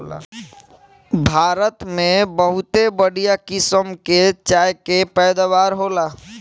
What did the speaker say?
भारत में बहुते बढ़िया किसम के चाय के पैदावार होला